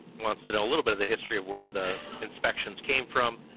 wants to know a little bit of the history of where the inspections came from.